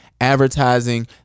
advertising